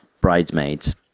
Bridesmaids